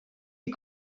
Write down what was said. est